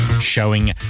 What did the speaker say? Showing